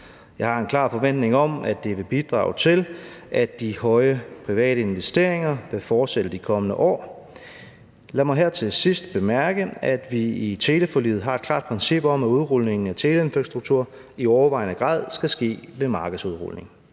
Jeg har en klar forventning om, at det vil bidrage til, at de høje private investeringer vil fortsætte de kommende år. Lad mig her til sidst bemærke, at vi i teleforliget har et klart princip om, at udrulningen af teleinfrastruktur i overvejende grad skal ske ved markedsudrulning.